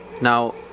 now